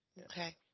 Okay